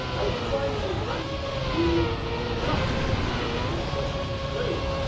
has designed a brand new chocolate which she's forcing me to show you all.